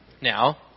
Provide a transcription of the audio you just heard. now